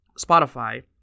Spotify